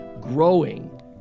growing